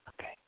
Okay